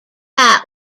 that